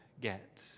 get